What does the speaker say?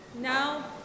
Now